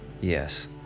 Yes